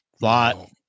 Lot